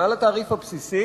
מעל התעריף הבסיסי